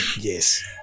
Yes